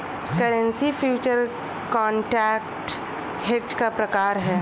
currency future contract hedge का प्रकार है